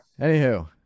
Anywho